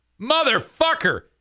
Motherfucker